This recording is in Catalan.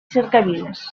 cercaviles